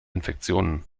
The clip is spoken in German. infektionen